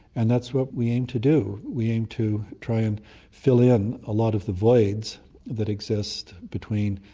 and that's what we aim to do, we aim to try and fill in a lot of the voids that exist between,